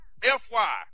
FY